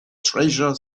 treasure